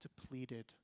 depleted